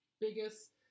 biggest